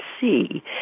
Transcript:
see